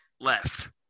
left